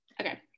okay